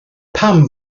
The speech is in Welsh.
pam